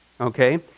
okay